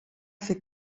fer